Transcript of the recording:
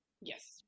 Yes